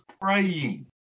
praying